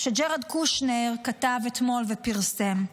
שג'ארד קושנר כתב ופרסם אתמול,